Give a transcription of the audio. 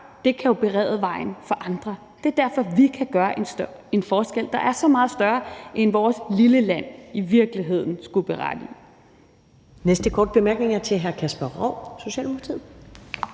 jo kan berede vejen for andre. Det er derfor, vi kan gøre en forskel, der er så meget større, end vores lille land i virkeligheden skulle berettige til. Kl. 15:48 Første